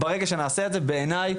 ברגע שנעשה את זה בעיניי,